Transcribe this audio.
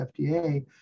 FDA